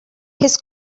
his